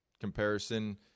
comparison